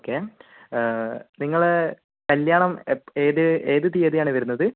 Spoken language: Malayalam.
ഓക്കേ നിങ്ങള് കല്യാണം ഏത് ഏതു തീയതിയാണ് വരുന്നത്